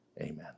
amen